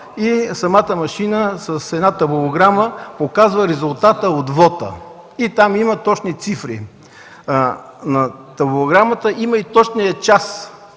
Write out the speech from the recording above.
и самата машина с една табулограма показва резултата от вота. Там има точни цифри. На табулограмата има и точния час,